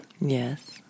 Yes